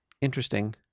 Interesting